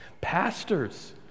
Pastors